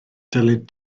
dylid